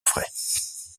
frais